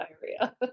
diarrhea